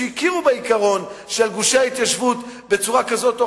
שהכירו בעיקרון שגושי ההתיישבות בצורה כזו או